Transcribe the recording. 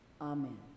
Amen